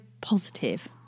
positive